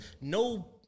no